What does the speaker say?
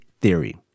theory